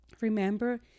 Remember